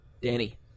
Danny